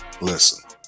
Listen